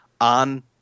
on